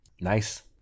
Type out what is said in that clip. Nice